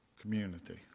community